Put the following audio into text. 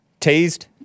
Tased